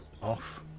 off